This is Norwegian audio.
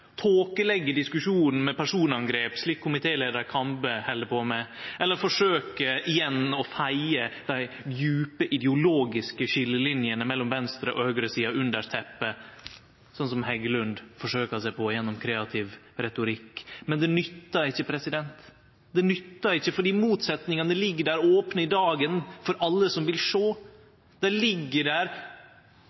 diskusjonen med personangrep, slik komitéleiar Kambe held på med, eller forsøkje igjen å feie dei djupe ideologiske skiljelinjene mellom venstre- og høgresida under teppet, som representanten Heggelund forsøkjer seg på gjennom kreativ retorikk. Men det nyttar ikkje, for motsetningane ligg der – opne i dagen – for alle som vil sjå. Dei ligg der.